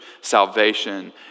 salvation